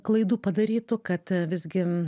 klaidų padarytų kad visgi